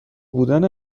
بودن